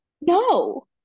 No